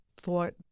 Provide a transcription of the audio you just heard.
thought